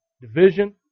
division